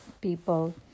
people